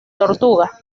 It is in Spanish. tortuga